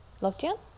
lockdown